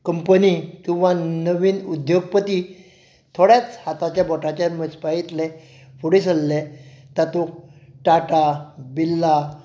company किंवा नवीन उद्दोगपती थोडेच हाताच्या बोटान मेजपा इतले फुडे सरले तातूंत टाटा बिरला